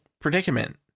predicament